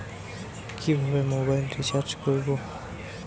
কিভাবে mobile recharge করব?